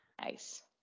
nice